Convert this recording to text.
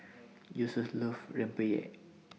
Joesph loves Rempeyek